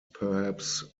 perhaps